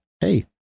Hey